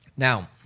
Now